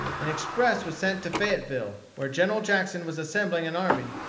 an express was sent to fayetteville, where general jackson was assembling an army,